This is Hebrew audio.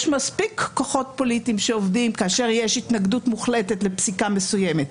יש מספיק כוחות פוליטיים שעובדים כאשר יש התנגדות מוחלטת לפסיקה מסוימת.